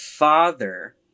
Father